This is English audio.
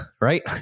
right